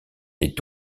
est